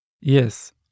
Yes